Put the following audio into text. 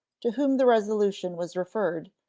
to whom the resolution was referred,